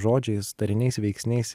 žodžiais tariniais veiksniais